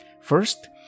First